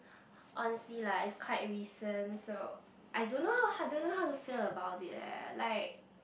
honestly lah is quite recent so I don't know how I don't know how to feel about it eh like